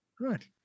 Right